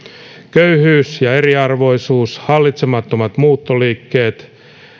köyhyys ja eriarvoisuus hallitsemattomat muuttoliikkeet